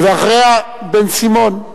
ואחריה, בן-סימון,